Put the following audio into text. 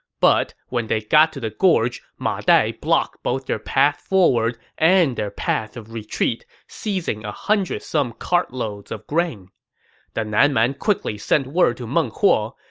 but when they got to the gorge, ma dai blocked both their path forward and their path of retreat, seizing one hundred some cartloads of grain the nan man quickly sent word to meng huo,